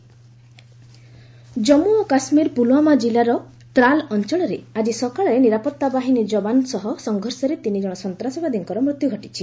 JK encounter Jammu ଓ କାଶ୍ମୀର ପୁଲୱାମା ଜିଲ୍ଲାର ତ୍ରାଲ ଅଞ୍ଚଳରେ ଆଜି ସକାଳେ ନିରାପତ୍ତା ବାହିନୀ ଯବାନ ସହ ସଂଘର୍ଷରେ ତିନିଜଣ ସନ୍ତାସବାଦୀଙ୍କର ମୃତ୍ୟୁ ଘଟିଛି